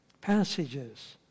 passages